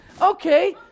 Okay